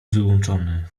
wyłączony